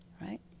right